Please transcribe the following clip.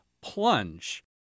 plunge